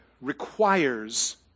requires